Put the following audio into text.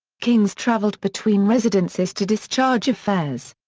kings traveled between residences to discharge affairs.